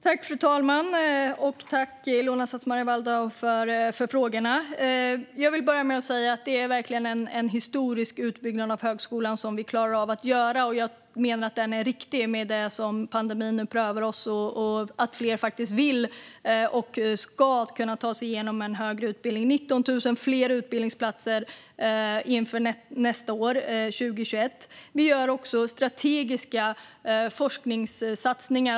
Fru talman! Tack för frågorna, Ilona Szatmari Waldau! Jag vill börja med att säga att det verkligen är en historisk utbyggnad av högskolan som vi klarar av att göra. Jag menar att den är riktig nu när pandemin prövar oss och när fler faktiskt vill och ska kunna ta sig igenom en högre utbildning. Det är 19 000 fler utbildningsplatser inför 2021, och vi gör strategiska forskningssatsningar.